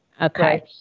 Okay